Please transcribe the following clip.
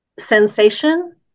Sensation